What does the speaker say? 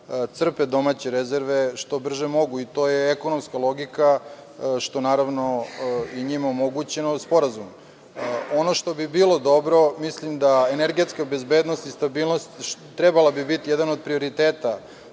crpe domaće rezerve što brže mogu i to je ekonomska logika, što je njima omogućeno sporazumom. Ono što bi bilo dobro, mislim da energetska bezbednost i stabilnost, trebala bi biti jedan od prioriteta,